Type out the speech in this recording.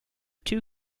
two